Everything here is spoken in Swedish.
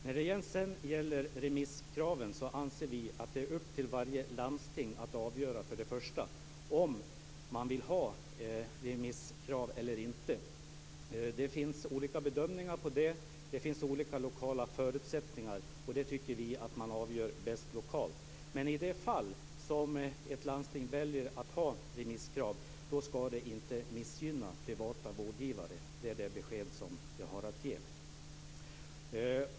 När det sedan gäller remisskraven anser vi att det är upp till varje landsting att avgöra om man vill ha remisskrav eller inte. Det finns olika bedömningar av det. Det finns olika lokala förutsättningar, och det tycker vi att man avgör bäst lokalt. Men i de fall då ett landsting väljer att ha remisskrav skall detta inte missgynna privata vårdgivare. Det är det besked som jag har att ge.